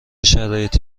شرایطی